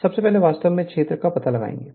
सबसे पहले वास्तव में क्षेत्र का पता लगाएं